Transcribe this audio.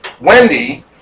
Wendy